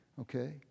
Okay